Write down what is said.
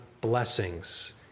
blessings